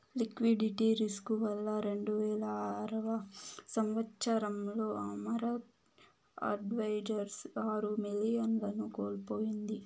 liquidity risk వల్ల రెండువేల ఆరవ సంవచ్చరంలో అమరత్ అడ్వైజర్స్ ఆరు మిలియన్లను కోల్పోయింది